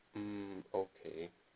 mm okay